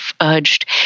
urged